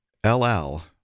LL